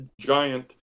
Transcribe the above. giant